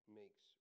makes